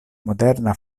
moderna